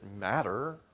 matter